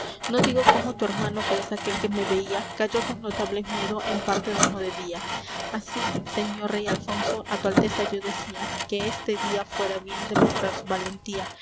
no digo cómo tu hermano que es aquel que me veía cayó con notable miedo en parte do no debía así señor rey alfonso á tu alteza yo decía que este día fuera bien demostrar su valentía